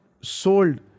sold